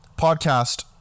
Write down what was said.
podcast